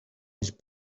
his